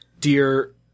Dear